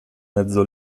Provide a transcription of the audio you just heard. mezzo